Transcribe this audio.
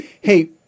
Hey